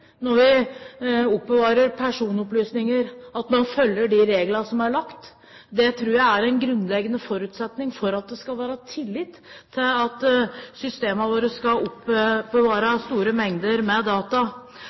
når vi oppbevarer personopplysninger, at man følger de regler som er lagt. Det tror jeg er en grunnleggende forutsetning for at det skal være tillit til at systemene våre skal oppbevare store mengder med data.